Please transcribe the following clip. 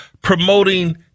promoting